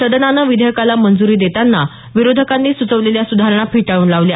सदनानं विधेयकाला मंजूरी देताना विरोधकांनी सुचवलेल्या सुधारणा फेटाळून लावल्या